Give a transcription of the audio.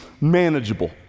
manageable